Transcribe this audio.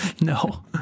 No